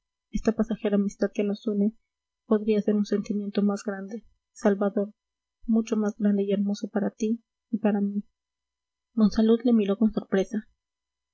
esta pasajera amistad que nos une podría ser un sentimiento más grande salvador mucho más grande y hermoso para ti y para mí monsalud le miró con sorpresa